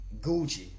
Gucci